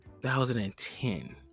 2010